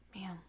Man